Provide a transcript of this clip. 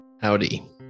Howdy